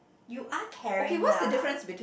you are caring lah